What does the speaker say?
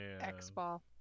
X-Ball